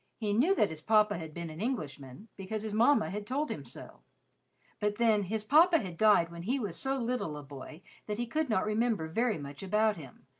he knew that his papa had been an englishman, because his mamma had told him so but then his papa had died when he was so little a boy that he could not remember very much about him,